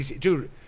Dude